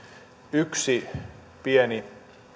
yksi pieni